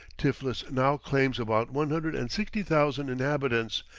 tiflis now claims about one hundred and sixty thousand inhabitants,